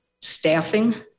staffing